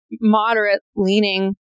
moderate-leaning